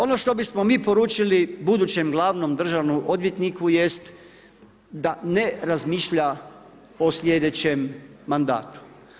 Ono što bismo mi poručili budućem glavnom državnom odvjetniku jest da ne razmišlja o slijedećem mandatu.